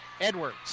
Edwards